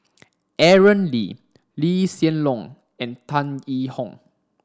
Aaron Lee Lee Hsien Loong and Tan Yee Hong